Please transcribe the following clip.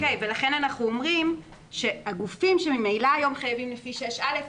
לכן אנחנו אומרים שהגופים שממילא היום חייבים לפי 6א,